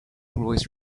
always